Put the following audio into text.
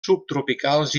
subtropicals